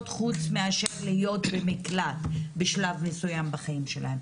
חוץ מאשר להיות במקלט בשלב מסוים בחיים שלהן.